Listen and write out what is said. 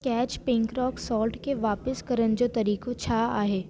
catch pink rock salt खे वापसि करण जो तरीक़ो छा आहे